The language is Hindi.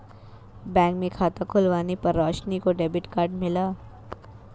बैंक में खाता खुलवाने पर रोशनी को डेबिट कार्ड मिला